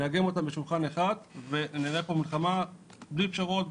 נאגם אותם בשולחן אחד וננהל פה מלחמה בלי פשרות,